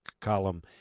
column